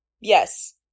Yes